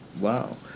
Wow